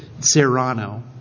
Serrano